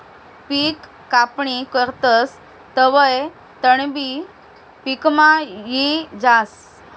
पिक कापणी करतस तवंय तणबी पिकमा यी जास